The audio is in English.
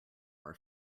our